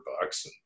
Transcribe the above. bucks